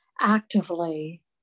actively